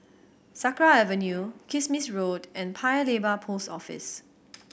Sakra Avenue Kismis Road and Paya Lebar Post Office